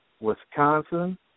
Wisconsin